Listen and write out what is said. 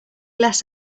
less